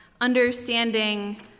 understanding